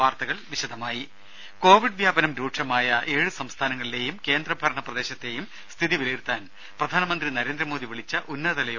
വാർത്തകൾ വിശദമായി കോവിഡ് വ്യാപനം രൂക്ഷമായ ഏഴ് സംസ്ഥാനങ്ങളിലേയും കേന്ദ്ര ഭരണ പ്രദേശത്തെയും സ്ഥിതി വിലയിരുത്താൻ പ്രധാനമന്ത്രി വിളിച്ച നരേന്ദ്രമോദി ഉന്നതതല ഇന്ന്